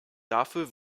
dafür